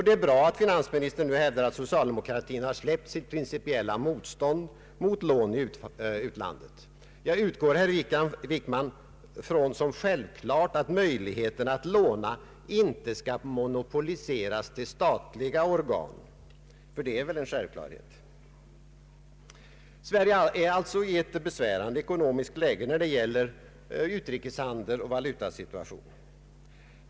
Det är bra att finansministern nu hävdar att socialdemokratin har släppt sitt principiella motstånd mot lån i utlandet. Jag utgår, herr Wickman, från som självklart att möjligheterna att låna inte skall monopoliseras till statliga organ — ty det är väl en självklarhet? Sverige är alltså i ett besvärande ekonomiskt läge när det gäller utrikeshandel och valutasituation.